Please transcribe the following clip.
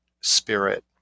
spirit